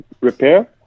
repair